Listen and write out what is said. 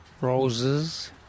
roses